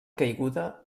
caiguda